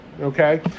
Okay